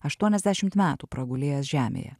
aštuoniasdešimt metų pragulėjęs žemėje